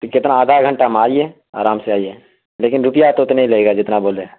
کتنا آدھا گھنٹہ میں آئیے آرام سے آئیے لیکن روپیہ تو اتنے لگے گا جتنا بولے ہیں